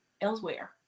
elsewhere